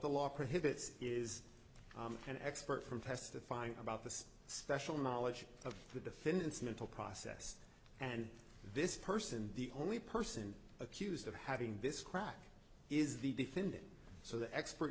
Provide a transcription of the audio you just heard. the law prohibits is an expert from testifying about the special knowledge of the defendants mental process and this person the only person accused of having this crack is the defendant so the expert